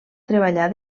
treballar